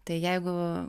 tai jeigu